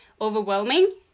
overwhelming